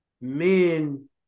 men